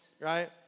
Right